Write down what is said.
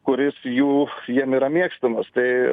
kuris jų jiem yra mėgstamas tai